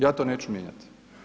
Ja to neću mijenjati.